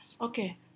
Okay